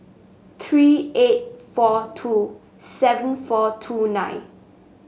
three eight four two seven four two nine